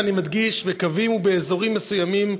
ואני מדגיש: בקווים ובאזורים מסוימים,